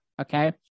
Okay